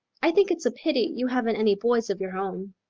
i think it's a pity you haven't any boys of your own.